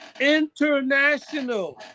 International